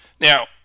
Now